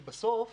כי צריך